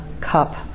cup